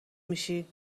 میشی